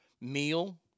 meal